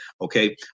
Okay